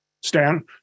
Stan